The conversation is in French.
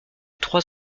trois